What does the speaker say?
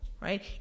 right